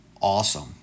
awesome